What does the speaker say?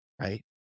right